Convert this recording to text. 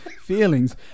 feelings